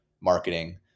marketing